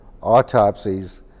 autopsies